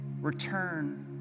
return